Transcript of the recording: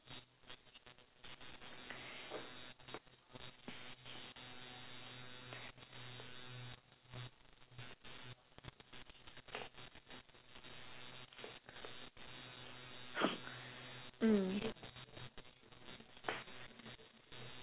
mm